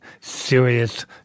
serious